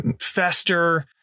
fester